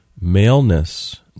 maleness